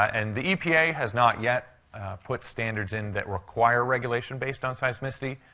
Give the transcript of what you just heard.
and the epa has not yet put standards in that require regulation based on seismicity.